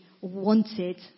wanted